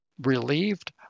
relieved